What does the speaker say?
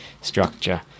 structure